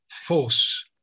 force